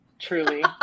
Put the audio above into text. Truly